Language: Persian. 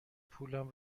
پولم